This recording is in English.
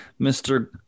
Mr